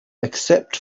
except